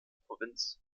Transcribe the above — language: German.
provinz